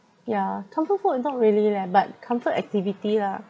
yeah comfort food not really leh but comfort activity lah